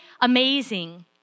amazing